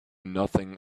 nothing